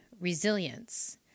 resilience